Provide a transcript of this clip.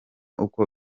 uko